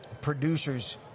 producers